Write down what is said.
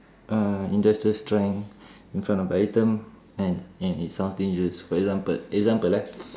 uh industrial strength in front of the item and and it sounds dangerous for example example ah